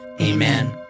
Amen